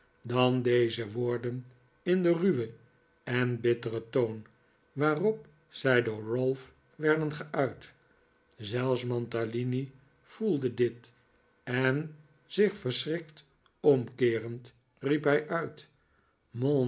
dan deze woorden in den ruwen en bitteren toon waarop zij door ralph werden geuit zelfs mantalini voelde dit en zich verschrikt omkeerend riep hij uit